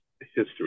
history